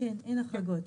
אין החרגות.